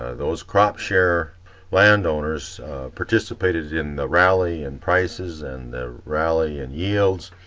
those crop share landowners participated in the rally in prices, and the rally in yields,